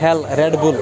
hell red bull